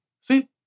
See